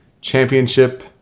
championship